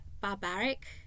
barbaric